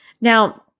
Now